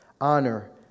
honor